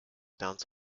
bounce